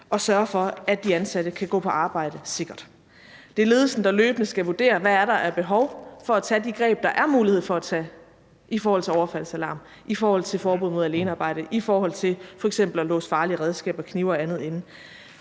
at sørge for, at de ansatte kan gå på arbejde sikkert. Det er ledelsen, der løbende skal vurdere, hvad der er af behov for at benytte sig af de greb, der er mulighed for at benytte sig af, i forhold til overfaldsalarm, i forhold til forbud mod alenearbejde og i forhold til f.eks. at låse farlige redskaber, knive og andet inde.